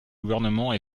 gouvernement